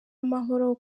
amahoro